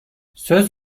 söz